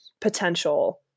potential